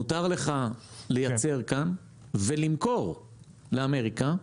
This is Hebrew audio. מותר לך לייצר כאן ולמכור לאמריקה,